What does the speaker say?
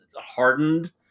hardened